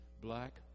black